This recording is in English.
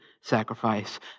sacrifice